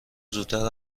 زودتر